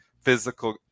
physical